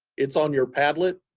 it's on your padlet.